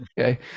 Okay